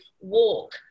walk